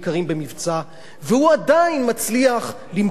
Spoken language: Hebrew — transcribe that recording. הוא עדיין מצליח למכור כמה אלפי עותקים,